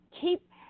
keep –